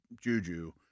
Juju